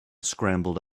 scrambled